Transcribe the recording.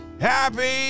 Happy